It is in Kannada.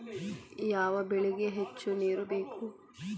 ಯಾವ ಬೆಳಿಗೆ ಹೆಚ್ಚು ನೇರು ಬೇಕು?